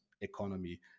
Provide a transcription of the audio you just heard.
economy